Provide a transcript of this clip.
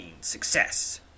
Success